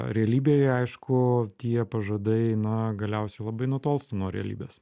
realybėje aišku tie pažadai na galiausiai labai nutolsta nuo realybės